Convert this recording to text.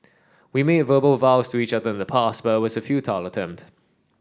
we made verbal vows to each other in the past but it was a futile attempt